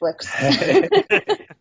Netflix